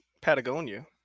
Patagonia